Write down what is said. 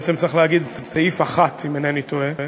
בעצם צריך להגיד סעיף אחת, אם אינני טועה,